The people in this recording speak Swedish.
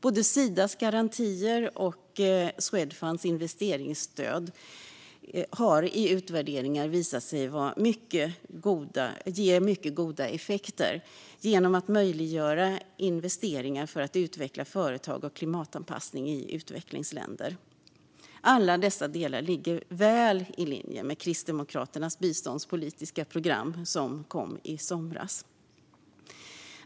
Både Sidas garantier och Swedfunds investeringsstöd har i utvärderingar visat sig ge mycket goda effekter genom att möjliggöra investeringar för att utveckla företag och göra klimatanpassningar i utvecklingsländer. Allt detta ligger väl i linje med Kristdemokraternas biståndspolitiska program som kom i somras.